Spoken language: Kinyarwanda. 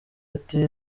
ati